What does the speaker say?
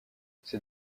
ces